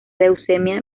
leucemia